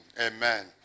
Amen